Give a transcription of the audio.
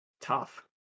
tough